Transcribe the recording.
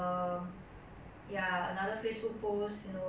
but I don't really keep track of all this type of thing also lah